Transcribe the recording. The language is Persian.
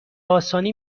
آسانی